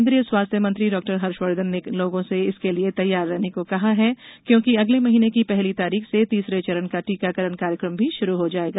केंद्रीय स्वास्थ्य मंत्री डॉक्टर हर्षवर्धन ने लोगों से इसके लिए तैयार रहने को कहा है क्योंकि अगले महीने की पहली तारीख से तीसरे चरण का टीकाकरण कार्यक्रम भी शुरू हो जायेगा